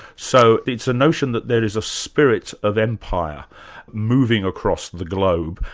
so it's a notion that there is a spirit of empire moving across the globe,